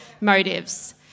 motives